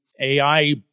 AI